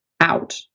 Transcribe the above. out